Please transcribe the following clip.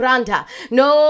no